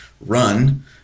run